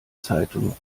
zeitung